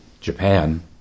Japan